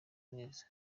neza